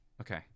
Okay